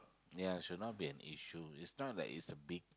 ya should not be an issue it's not like it's a big